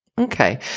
Okay